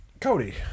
Cody